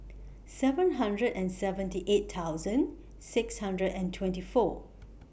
seven hundred and seventy eight thousand six hundred and twenty four